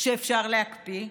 כשאפשר להקפיא?